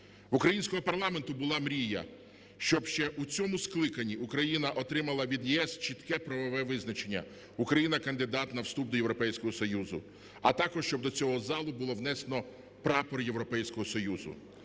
українського парламенту була мрія, щоб ще у цьому скликанні Україна отримала від ЄС чітке правове визначення: Україна – кандидат на вступ до Європейського Союзу. А також, щоб до цього залу було внесено прапор Європейського Союзу.